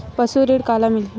पशु ऋण काला मिलही?